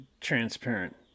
transparent